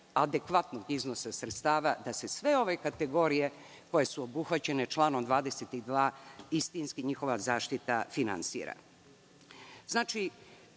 adekvatnih iznosa sredstava da se sve ove kategorije koje su obuhvaćene članom 22. istinski njihova zaštita finansira.